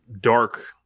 dark